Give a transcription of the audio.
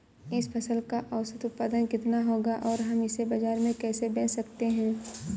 इस फसल का औसत उत्पादन कितना होगा और हम इसे बाजार में कैसे बेच सकते हैं?